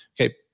Okay